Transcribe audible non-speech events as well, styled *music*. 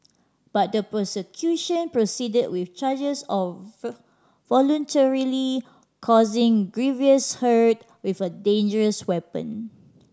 but the prosecution proceeded with charges of *unintelligible* voluntarily causing grievous hurt with a dangerous weapon